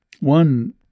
One